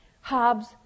Hobbes